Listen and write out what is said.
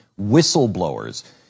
whistleblowers